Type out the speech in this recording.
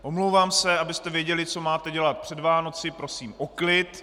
Omlouvám se, abyste věděli, co máte dělat před Vánoci, prosím o klid.